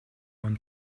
want